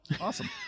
Awesome